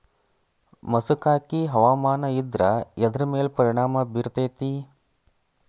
ಮಸಕಾಗಿ ಹವಾಮಾನ ಇದ್ರ ಎದ್ರ ಮೇಲೆ ಪರಿಣಾಮ ಬಿರತೇತಿ?